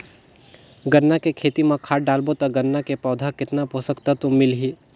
गन्ना के खेती मां खाद डालबो ता गन्ना के पौधा कितन पोषक तत्व मिलही?